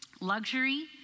luxury